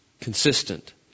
consistent